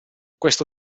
questo